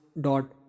dot